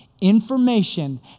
information